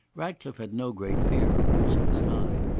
ratcliffe had no great fear of losing his hide,